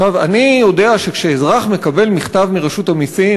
אני יודע שכשאזרח מקבל מכתב מרשות המסים,